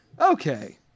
Okay